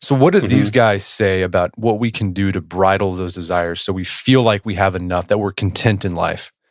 so what do these guys say about what we can do to bridle those desires, so we feel like we have enough, that we're content in life?